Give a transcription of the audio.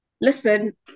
listen